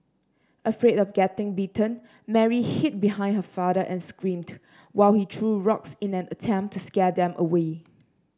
afraid of getting bitten Mary hid behind her father and screamed while he threw rocks in an attempt to scare them away